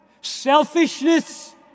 Selfishness